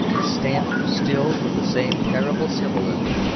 stamped still with the same terrible symbolism,